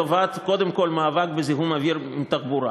קודם כול לטובת מאבק בזיהום אוויר בתחבורה.